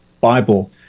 Bible